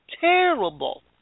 terrible